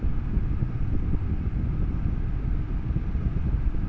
আমি কি অনলাইনে ব্যাংক একাউন্ট খুলতে পারি?